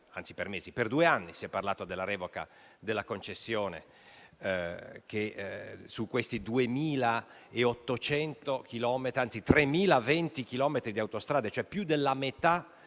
Per due anni si è parlato della revoca delle concessioni su questi 3.020 chilometri di autostrade. Più della metà